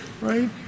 right